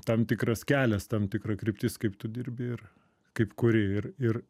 tam tikras kelias tam tikra kryptis kaip tu dirbi ir kaip kuri ir ir